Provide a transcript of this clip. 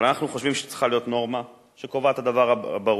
אבל אנחנו חושבים שצריכה להיות נורמה שקובעת דבר ברור.